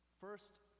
First